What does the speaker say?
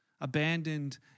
abandoned